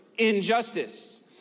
injustice